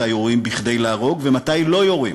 מתי יורים כדי להרוג ומתי לא יורים,